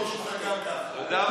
שמכהן כעת גם כיושב-ראש,